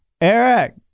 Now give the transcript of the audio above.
Eric